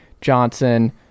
Johnson